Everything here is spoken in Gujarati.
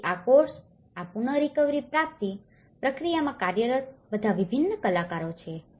તેથી આ કોર્સ આ પુનરીકવરી પ્રાપ્તિ પ્રક્રિયામાં કાર્યરત આ બધા વિભિન્ન કલાકારો છે